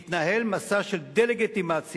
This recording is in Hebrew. מתנהל מסע של דה-לגיטימציה